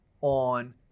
on